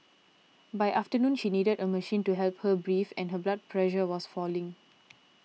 by afternoon she needed a machine to help her breathe and her blood pressure was falling